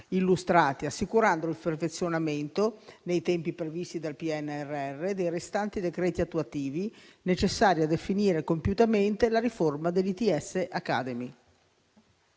illustrati, assicurando il perfezionamento, nei tempi previsti dal PNRR, dei restanti decreti attuativi necessari a definire compiutamente la riforma degli ITS Academy.